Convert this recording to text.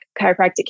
chiropractic